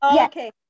Okay